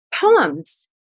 poems